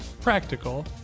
practical